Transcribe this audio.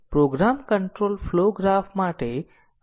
તેથી ચાલો જોઈએ કે પ્રોગ્રામ માટે કંટ્રોલ ફ્લો ગ્રાફ કેવી રીતે દોરવો